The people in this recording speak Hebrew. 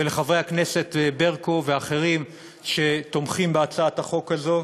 ולחברי הכנסת ברקו ואחרים שתומכים בהצעת החוק הזו.